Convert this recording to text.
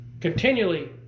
Continually